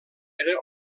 era